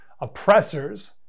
Oppressors